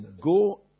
go